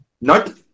Nope